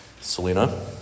Selena